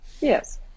Yes